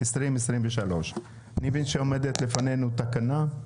2023. אני מבין שעומדת לפנינו תקנה,